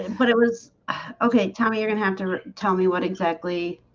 and but it was okay tell me you're gonna have to tell me what exactly